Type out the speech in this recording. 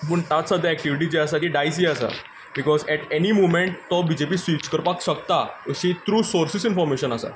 पूण ताचो जो एक्टिव्हिटी जी आसा ती डायसी आसा बिकॉज एट एनी मोमेंट तो बी जे पी स्वीच करपाक शकता अशी थ्रू सोर्सीस इन्फॉर्मेशन आसा